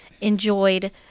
enjoyed